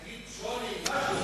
תגיד שוני, משהו.